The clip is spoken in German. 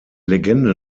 legende